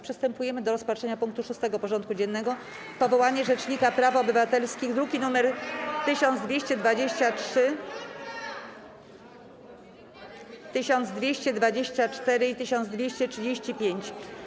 Przystępujemy do rozpatrzenia punktu 6. porządku dziennego: Powołanie Rzecznika Praw Obywatelskich (druki nr 1223, 1224 i 1235)